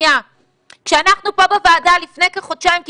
כשאנחנו פה בוועדה לפני כחודשיים,